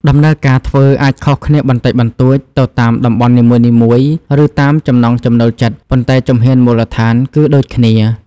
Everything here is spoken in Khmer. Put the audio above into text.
ដំណើរការធ្វើអាចខុសគ្នាបន្តិចបន្តួចទៅតាមតំបន់នីមួយៗ ឬតាមចំណង់ចំណូលចិត្ត ប៉ុន្តែជំហានមូលដ្ឋានគឺដូចគ្នា ។